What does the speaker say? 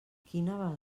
quina